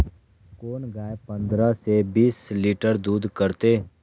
कोन गाय पंद्रह से बीस लीटर दूध करते?